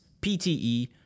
PTE